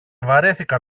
βαρέθηκα